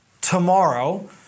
tomorrow